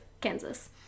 kansas